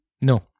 No